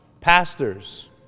pastors